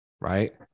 right